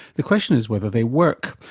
the question is whether they work?